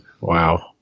Wow